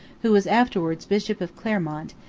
who was afterwards bishop of clermont,